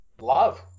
love